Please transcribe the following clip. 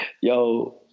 Yo